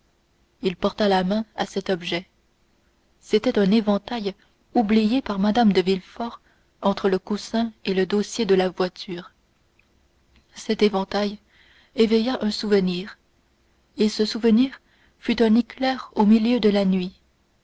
il porta la main à cet objet c'était un éventail oublié par mme de villefort entre le coussin et le dossier de la voiture cet éventail éveilla un souvenir et ce souvenir fut un éclair au milieu de la nuit